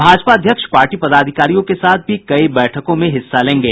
भाजपा अध्यक्ष पार्टी पदाधिकारियों के साथ भी कई बैठकों में हिस्सा लेंगे